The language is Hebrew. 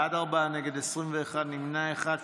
בעד, ארבעה, נגד, 21, נמנע אחד.